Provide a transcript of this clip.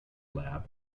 lab